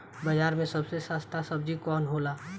बाजार मे सबसे सस्ता सबजी कौन होला?